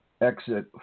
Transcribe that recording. exit